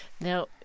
Now